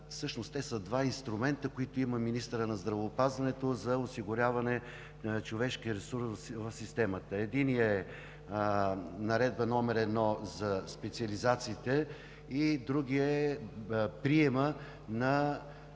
свързан с други два инструмента, които има министърът на здравеопазването, за осигуряване на човешкия ресурс в системата. Единият е Наредба № 1 за специализациите, другият е приемът на